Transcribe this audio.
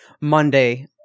Monday